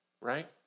right